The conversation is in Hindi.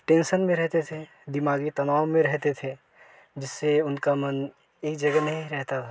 टेंसन में रहते थे दिमागी तनाव में रहते थे जिससे उनका मन एक जगह नहीं रहता था